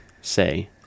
say